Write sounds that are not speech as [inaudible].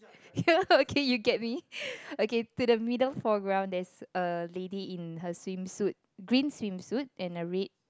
[laughs] okay you get me okay to the middle foreground there's a lady in her swimsuit green swimsuit and a red